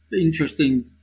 interesting